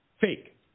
Fake